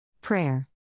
Prayer